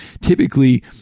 typically